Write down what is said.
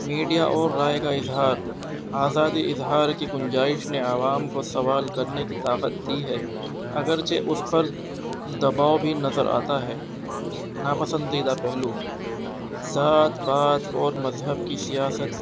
media اور رائے کا اظہار آزادی اظہار کی گنجائش نے عوام کو سوال کرنے کی طاقت دی ہے اگرچہ اس پر دباؤ بھی نظر آتا ہے ناپسندیدہ پہلو ذات پات اور مذہب کی سیاست